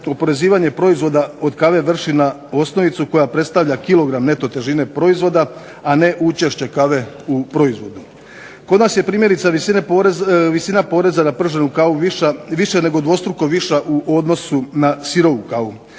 oporezivanje proizvoda od kave vrši na osnovicu koja predstavlja kilogram neto težine proizvoda, a ne učešća kave u proizvodu. Kod nas je primjerice visina poreza na prženu kave više nego dvostruko viša u odnosu na sirovu kavu.